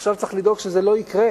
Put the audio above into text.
עכשיו צריך לדאוג שזה לא יקרה.